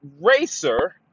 racer